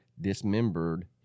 dismembered